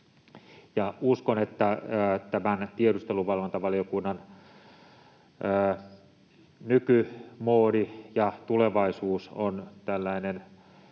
uskon, että tiedusteluvalvontavaliokunta nykymoodissa ja tulevaisuudessa on tällainen